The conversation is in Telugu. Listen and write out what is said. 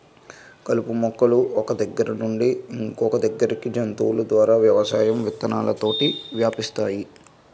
కలుపు మొక్కలు ఒక్క దగ్గర నుండి ఇంకొదగ్గరికి జంతువుల ద్వారా వ్యవసాయం విత్తనాలతోటి వ్యాపిస్తాయి